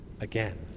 again